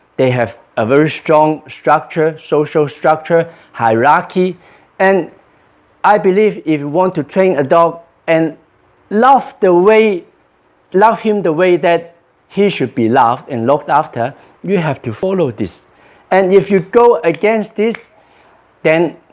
they have a very strong structure social structure hierarchy and i believe if you want to train a dog and love the way love him the way that he should be loved and looked after you have to follow this and if you go against this then